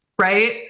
right